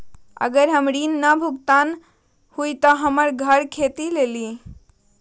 अगर हमर ऋण न भुगतान हुई त हमर घर खेती लेली?